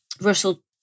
Russell